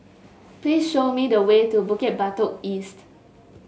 please show me the way to Bukit Batok East